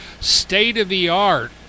state-of-the-art